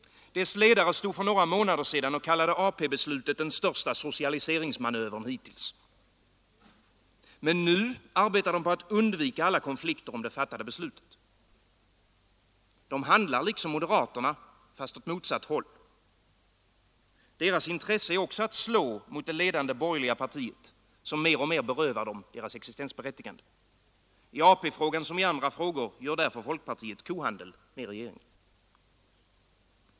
Dess ledare stod för några månader sedan och kallade AP-beslutet den största socialiseringsmanövern hittills. Men nu arbetar man på att undvika alla konflikter om det fattade beslutet. Folkpartisterna handlar som moderaterna, fast åt motsatt håll. Deras intresse är också att slå mot det ledande borgerliga partiet, som mer och mer berövar dem deras existensberättigande. I AP-frågan som i andra frågor kohandlar därför folkpartiet med regeringen.